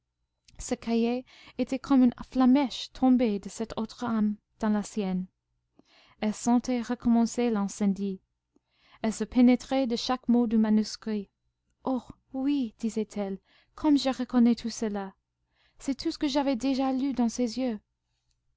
ce cahier était comme une flammèche tombée de cette autre âme dans la sienne elle sentait recommencer l'incendie elle se pénétrait de chaque mot du manuscrit oh oui disait-elle comme je reconnais tout cela c'est tout ce que j'avais déjà lu dans ses yeux